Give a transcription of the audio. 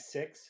six